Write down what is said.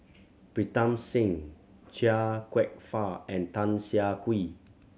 Pritam Singh Chia Kwek Fah and Tan Siah Kwee